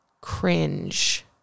Cringe